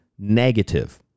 Negative